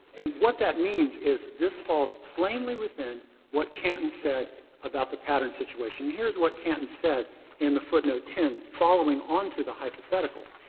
and what that means is, this falls plainly within what canton said about the pattern situation. here's what canton said in the footnote ten following onto the hypothetical.